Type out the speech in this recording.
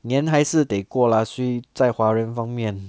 年还是得过了需在华人方面